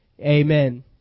amen